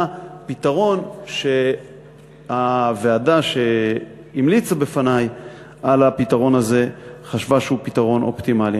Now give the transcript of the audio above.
פתרון שהוועדה שהמליצה בפני עליו חשבה שהוא פתרון אופטימלי.